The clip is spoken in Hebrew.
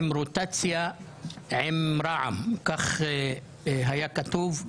ברוטציה עם רע"מ, כך היה כתוב.